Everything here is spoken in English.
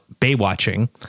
Baywatching